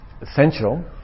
essential